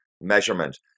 measurement